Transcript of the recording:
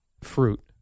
fruit